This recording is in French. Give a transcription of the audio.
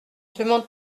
demande